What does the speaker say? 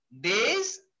days